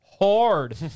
hard